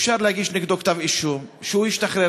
אפשר להגיש נגדו כתב-אישום כשהוא ישתחרר.